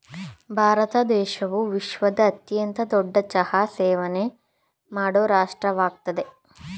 ಭಾರತ ದೇಶವು ವಿಶ್ವದ ಅತ್ಯಂತ ದೊಡ್ಡ ಚಹಾ ಸೇವನೆ ಮಾಡೋ ರಾಷ್ಟ್ರವಾಗಯ್ತೆ